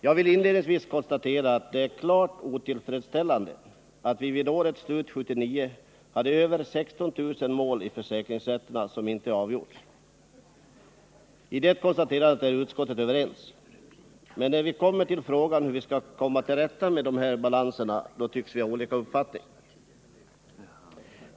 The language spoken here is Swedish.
Jag vill inledningsvis konstatera att det är klart otillfredsställande att vi vid årets slut 1979 hade över 16 000 mål i försäkringsrätterna som inte avgjorts. I det konstaterandet är utskottet enigt. Men när vi kommer till frågan hur vi skall komma till rätta med balanserna tycks vi ha olika uppfattningar.